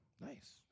Nice